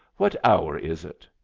what hour is it?